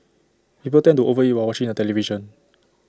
people tend to over eat while watching the television